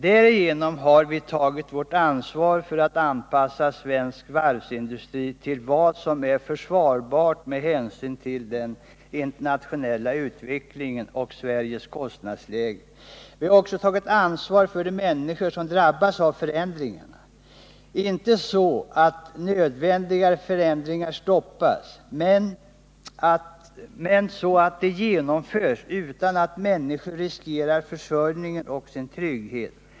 Därigenom har vi tagit vårt ansvar för att anpassa svensk varvsindustri till vad som är försvarbart med hänsyn till den internationella utvecklingen och Sveriges kostnadsläge. Vi har också tagit ansvar för de människor som drabbas av förändringarna, inte så att nödvändiga förändringar stoppas, men så att de genomförs utan att människor riskerar försörjningen och sin trygghet.